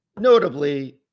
Notably